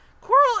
Coral